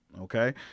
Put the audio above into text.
okay